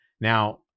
Now